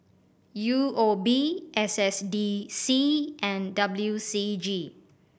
U O B S S D C and W C G